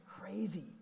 crazy